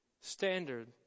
standard